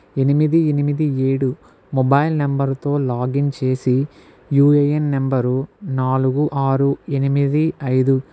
ఎనిమిది ఎనిమిది ఏడు మొబైల్ నంబరు తో లాగిన్ చేసి యుఎఎన్ నంబరు నాలుగు ఆరు ఎనిమిది ఐదు